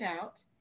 out